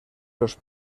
los